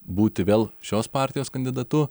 būti vėl šios partijos kandidatu